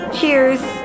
Cheers